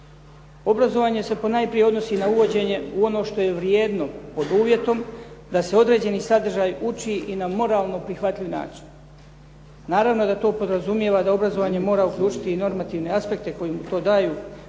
Obrazovanje se ponajprije odnosi na uvođenje, u ono što je vrijedno, pod uvjetom da se određeni sadržaj ući i na moralno prihvatljiv način. Naravno da to podrazumijeva da obrazovanje mora uključiti i normativne aspekte koji mu to daju